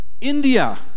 India